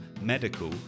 medical